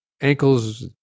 ankles